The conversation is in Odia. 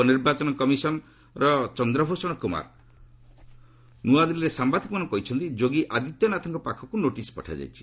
ଉପନିର୍ବାଚନ କମିଶନ୍ର ଚନ୍ଦ୍ରଭୂଷଣ କୁମାର ନୂଆଦିଲ୍ଲୀରେ ସାମ୍ବାଦିକମାନଙ୍କୁ କହିଛନ୍ତି ଯୋଗୀ ଆଦିତ୍ୟନାଥଙ୍କ ପାଖକୁ ନୋଟିସ୍ ପଠାଯାଇଛି